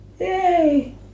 Yay